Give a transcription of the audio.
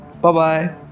bye-bye